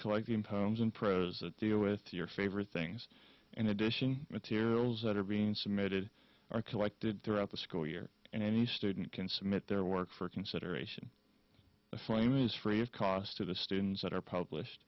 collecting times and prayers a deal with your favorite things in addition materials that are being submitted are collected throughout the school year and any student can submit their work for consideration the frame is free of cost to the students that are published